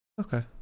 Okay